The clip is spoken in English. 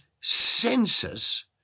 senses